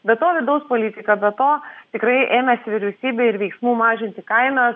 be to vidaus politika be to tikrai ėmės vyriausybė ir veiksmų mažinti kainas